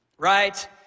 Right